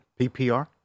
PPR